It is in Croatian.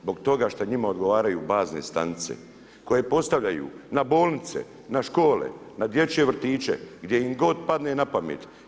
Zbog toga što njima odgovaraju bazne stanice, koje postavljaju na bolnice, na škole, na dječje vrtiće, gdje im god padne na pamet.